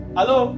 Hello